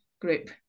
group